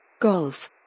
Golf